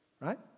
right